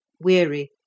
weary